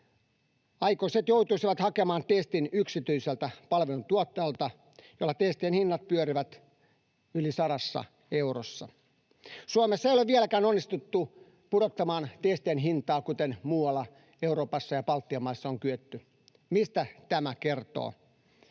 Aikuiset joutuisivat hakemaan testin yksityisiltä palveluntuottajilta, joilla testien hinnat pyörivät yli sadassa eurossa. Suomessa ei ole vieläkään onnistuttu pudottamaan testien hintaa kuten muualla Euroopassa ja Baltian maissa on kyetty. Mistä tämä kertoo?